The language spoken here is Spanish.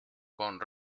con